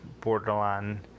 borderline